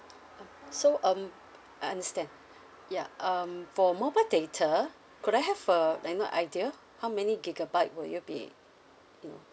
so um I understand ya um for mobile data could I have uh like know idea how many gigabyte will you be mm